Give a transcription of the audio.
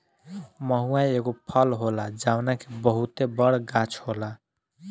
महुवा एगो फल होला जवना के बहुते बड़ गाछ होला